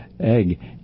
egg